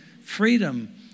Freedom